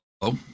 Hello